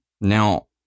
Now